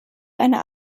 einer